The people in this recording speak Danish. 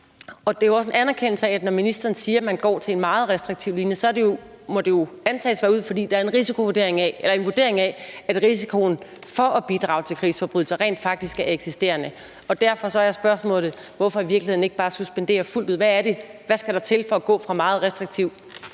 Det er også en anerkendelse. Når ministeren siger, at man går over til en meget restriktiv linje, må det antages at være, fordi der er en vurdering af, at risikoen for at bidrage til krigsforbrydelser rent faktisk er eksisterende. Derfor er spørgsmålet: Hvorfor i virkeligheden ikke bare suspendere fuldt ud? Hvad skal der til for at gå fra meget restriktiv